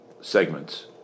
segments